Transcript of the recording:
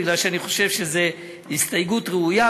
כי אני חושב שזו הסתייגויות ראויה,